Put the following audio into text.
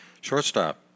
Shortstop